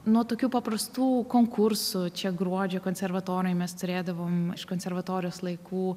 nuo tokių paprastų konkursų čia gruodžio konservatorijoj mes turėdavom iš konservatorijos laikų